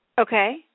Okay